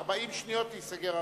40 שניות תיסגר הרשימה.